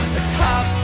atop